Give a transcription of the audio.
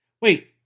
Wait